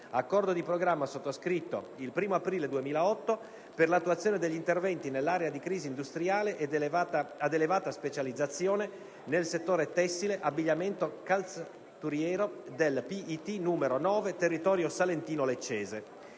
accordo di programma sottoscritto il 1° aprile 2008 per l'attuazione degli interventi nell'area di crisi industriale ad elevata specializzazione nel settore tessile-abbigliamento-calzaturiero del PIT n. 9 - territorio salentino-leccese".